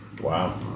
Wow